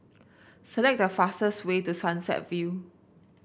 select the fastest way to Sunset View